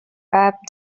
ebb